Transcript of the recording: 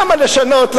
למה לשנות?